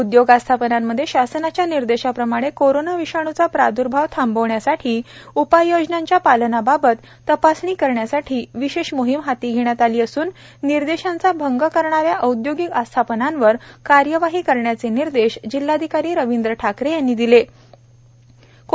उदयोग आस्थापनांमध्ये शासनाच्या निर्देशाप्रमाणे कोरोना विषाणूचा प्रादूर्भाव थांबविण्यासाठी उपाययोजनांच्या पालनाबाबत तपासणी करण्यासाठी विशेष मोहीम हाती घेण्यात आली असून निर्देशांचा भंग करणाऱ्या औद्योगिक आस्थापनांवर कार्यवाही करण्याचे निर्देश जिल्हाधिकारी रविंद्र ठाकरे यांनी दिलेत